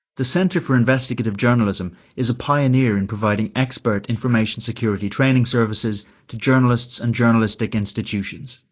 the centre for investigative journalism is a pioneer in providing expert information security training services to journalists and journalistic institutions.